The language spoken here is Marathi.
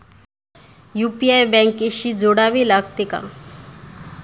यु.पी.आय बँकेशी जोडावे लागते का?